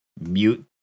mute